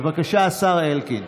בבקשה, השר אלקין.